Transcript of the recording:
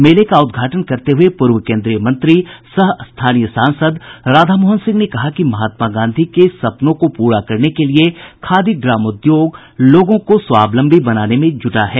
मेले का उद्घाटन करते हुए पूर्व केन्द्रीय मंत्री सह स्थानीय सांसद राधामोहन सिंह ने कहा कि महात्मा गांधी के सपनों को पूरा करने के लिये खादी ग्रामोद्योग लोगों को स्वावलंबी बनाने में जुटा है